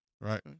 right